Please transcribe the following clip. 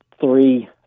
three